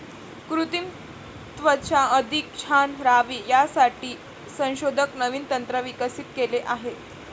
कृत्रिम त्वचा अधिक छान राहावी यासाठी संशोधक नवीन तंत्र विकसित केले आहे